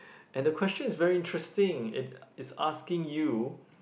and the question is very interesting it it's asking you